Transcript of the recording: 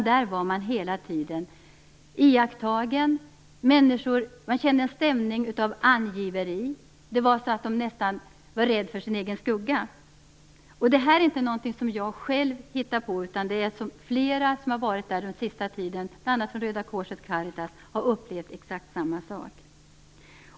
Där var man hela tiden iakttagen. Man kände en stämning av angiveri. Det var nästan så att människor var rädda för sin egen skugga. Detta är inte något som jag har hittat på, utan flera som under den senaste tiden varit där nere - bl.a. från Röda korset och Caritas - har upplevt exakt samma sak.